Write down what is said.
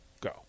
go